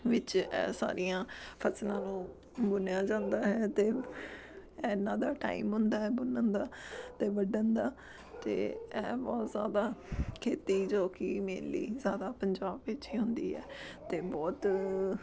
ਵਿੱਚ ਇਹ ਸਾਰੀਆਂ ਫ਼ਸਲਾਂ ਨੂੰ ਬੁਨਿਆ ਜਾਂਦਾ ਹੈ ਅਤੇ ਇਹਨਾਂ ਦਾ ਟਾਈਮ ਹੁੰਦਾ ਹੈ ਬੁਨਣ ਦਾ ਅਤੇ ਵੱਢਣ ਦਾ ਅਤੇ ਇਹ ਬਹੁਤ ਜ਼ਿਆਦਾ ਖੇਤੀ ਜੋ ਕਿ ਮੇਨਲੀ ਜ਼ਿਆਦਾ ਪੰਜਾਬ ਵਿੱਚ ਹੀ ਹੁੰਦੀ ਹੈ ਅਤੇ ਬਹੁਤ